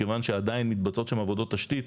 מכיוון שעדיין מתבצעות שם עבודות תשתית,